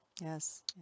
Yes